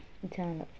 చాలా